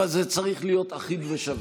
אבל זה צריך להיות אחיד ושווה.